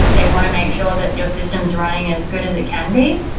they want to make sure that your system is running as good as it can be.